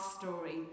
story